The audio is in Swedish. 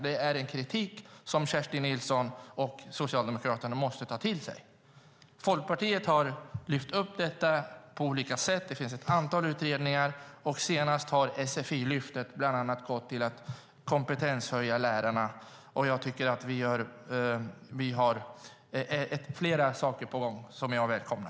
Det är en kritik som Kerstin Nilsson och Socialdemokraterna måste ta till sig. Folkpartiet har lyft upp detta på olika sätt. Det finns ett antal utredningar, och senast har sfi-lyftet bland annat gått till att kompetenshöja lärarna. Vi har flera saker på gång som jag välkomnar.